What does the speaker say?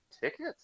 tickets